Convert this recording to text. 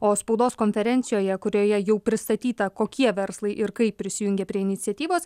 o spaudos konferencijoje kurioje jau pristatyta kokie verslai ir kaip prisijungė prie iniciatyvos